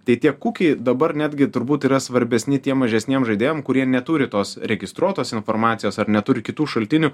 tai tie kukiai dabar netgi turbūt yra svarbesni tiem mažesniem žaidėjam kurie neturi tos registruotos informacijos ar neturi kitų šaltinių